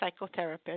psychotherapist